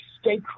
stay